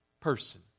person